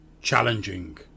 challenging